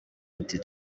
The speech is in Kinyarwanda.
ati